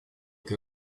che